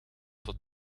tot